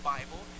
Bible